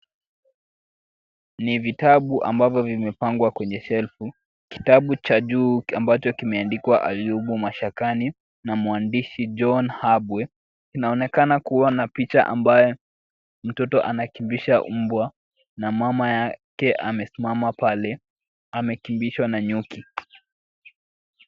Ni vitabu ambavyo vimepangwa kwenye shelf . Kitabu cha juu ambacho kimeandikwa Ayubu Mashakani na mwandishi John Habwe inaonekana kuwa na picha ambaye mtoto amekimbisha mbwa na mama yake amesimama pale amekimbishwa na nyuki.